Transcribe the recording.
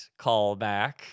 callback